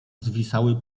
zwisały